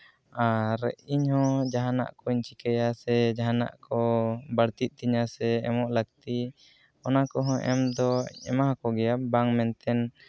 ᱟᱨ ᱤᱧ ᱦᱚᱸ ᱡᱟᱦᱟᱱᱟᱜ ᱠᱚᱧ ᱪᱤᱠᱟᱹᱭᱟ ᱥᱮ ᱡᱟᱦᱟᱱᱟᱜ ᱠᱚ ᱵᱟᱹᱲᱛᱤᱜ ᱛᱤᱧᱟᱹ ᱥᱮ ᱮᱢᱚᱜ ᱞᱟᱹᱠᱛᱤ ᱚᱱᱟ ᱠᱚᱦᱚᱸ ᱮᱢ ᱫᱚ ᱮᱢᱟ ᱟᱠᱚᱜᱮᱭᱟ ᱵᱟᱝ ᱢᱮᱱᱛᱮᱫ